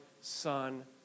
son